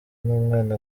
n’umwana